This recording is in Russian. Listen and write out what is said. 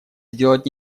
сделать